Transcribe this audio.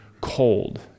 cold